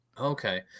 Okay